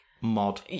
mod